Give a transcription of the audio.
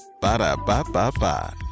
Ba-da-ba-ba-ba